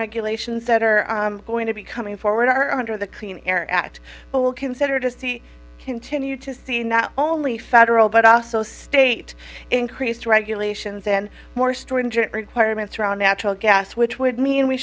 regulations that are going to be coming forward are under the clean air act we'll consider to see continue to see not only federal but also state increased regulations and more stringent requirements around natural gas which would mean we